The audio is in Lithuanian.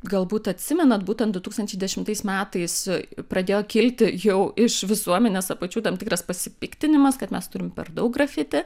galbūt atsimenat būtent du tūkstančiai dešimtais metais pradėjo kilti jau iš visuomenės apačių tam tikras pasipiktinimas kad mes turim per daug grafiti